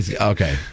Okay